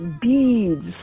beads